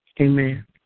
Amen